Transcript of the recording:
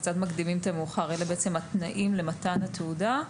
אלה הם, בעצם, התנאים למתן התעודה,